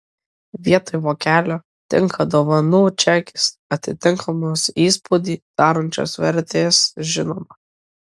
vietoj vokelio tinka dovanų čekis atitinkamos įspūdį darančios vertės žinoma